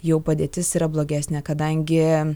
jau padėtis yra blogesnė kadangi